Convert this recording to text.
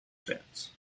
stands